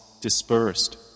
dispersed